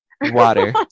Water